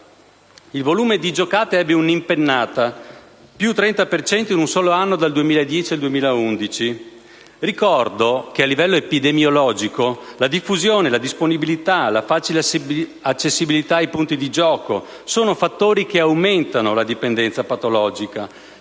Il volume di giocate ebbe una impennata, con un incremento del 30 per cento in un solo anno, dal 2010 al 2011. Ricordo che a livello epidemiologico la diffusione, la disponibilità e la facile accessibilità ai punti di gioco sono fattori che aumentano la dipendenza patologica.